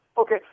Okay